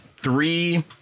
three